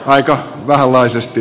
aika vähänlaisesti